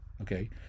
Okay